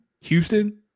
houston